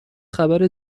خبر